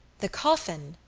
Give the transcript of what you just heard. the coffin,